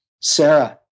Sarah